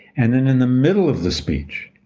and then in the middle of the speech,